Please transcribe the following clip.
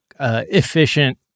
Efficient